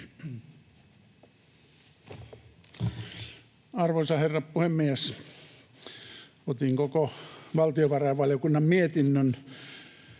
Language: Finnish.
Arvoisa herra puhemies! Otin koko valtiovarainvaliokunnan mietinnön